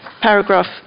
paragraph